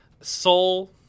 Soul